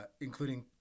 including